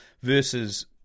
versus